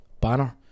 banner